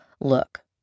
Look